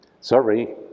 Sorry